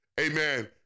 Amen